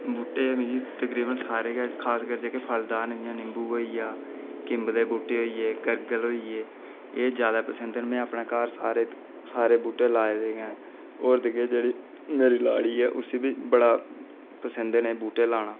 बूह्टे मीं तकरिबन सारे गै खासकर फलदार होई गे जि'यां निम्बू किम्ब दे बूह्टे होई गे गरगल होई गे एह् ज्यादा पसंद न में अपने घर सारे बूह्टे लाए दे गै न होर ते केह् जेह्ड़ी मेरी लाड़ी ऐ उस्सी बी बड़ा पसंद न एह् बूह्टे लाना